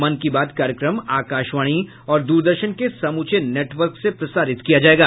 मन की बात कार्यक्रम आकाशवाणी और द्रदर्शन के समूचे नेटवर्क से प्रसारित किया जाएगा